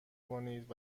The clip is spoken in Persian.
کنید